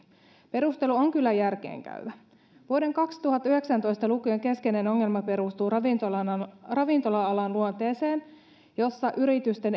perustelu on kyllä järkeenkäyvä vuoden kaksituhattayhdeksäntoista lukujen keskeinen ongelma perustuu ravintola alan luonteeseen jossa yritysten